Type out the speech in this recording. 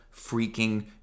freaking